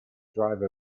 drive